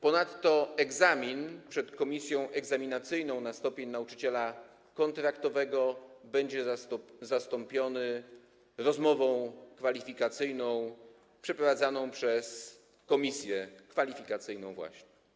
Ponadto egzamin przed komisją egzaminacyjną na stopień nauczyciela kontraktowego będzie zastąpiony rozmową kwalifikacyjną przeprowadzaną przez komisję kwalifikacyjną właśnie.